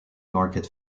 market